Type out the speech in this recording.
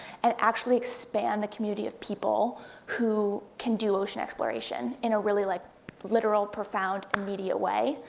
and actually expand the community of people who can do ocean exploration in a really like literal, profound, immediate way.